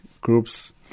groups